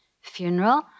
funeral